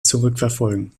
zurückverfolgen